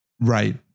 Right